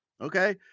Okay